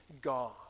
God